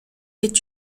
est